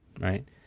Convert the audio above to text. right